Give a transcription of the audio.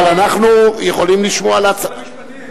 אבל אנחנו יכולים לשמוע להצעת,